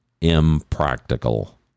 impractical